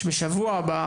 שבשבוע הבא,